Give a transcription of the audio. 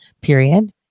period